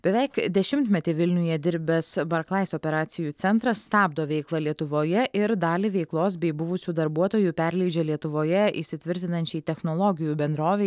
beveik dešimtmetį vilniuje dirbęs barklais operacijų centras stabdo veiklą lietuvoje ir dalį veiklos bei buvusių darbuotojų perleidžia lietuvoje įsitvirtinančiai technologijų bendrovei